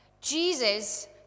Jesus